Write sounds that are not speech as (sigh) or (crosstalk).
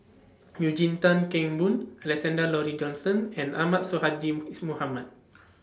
(noise) Eugene Tan Kheng Boon Alexander Laurie Johnston and Ahmad Sonhadji IS Mohamad